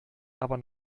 aber